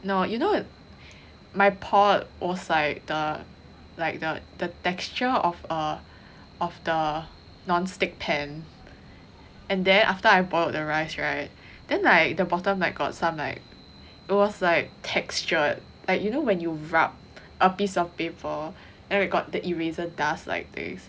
no you know my pot was like the like the the texture of a of the non stick pan and then after I poured the rice [right] then like the bottom [right] got some like it was like textured like you know when you rub a piece of paper and got like the eraser dust like these